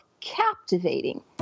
captivating